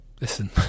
listen